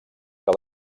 que